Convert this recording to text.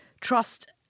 trust